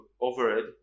overhead